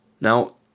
Now